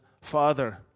Father